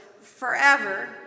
forever